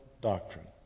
doctrine